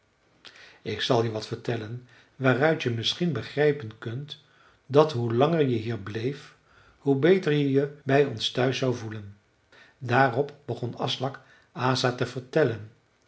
ik zal je wat vertellen waaruit je misschien begrijpen kunt dat hoe langer je hier bleef hoe beter je je bij ons thuis zou voelen daarop begon aslak asa te vertellen